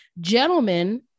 gentlemen